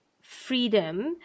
freedom